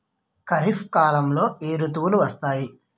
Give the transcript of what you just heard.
ఖరిఫ్ కాలంలో ఏ ఋతువులు వస్తాయి?